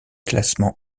classements